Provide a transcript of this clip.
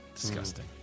Disgusting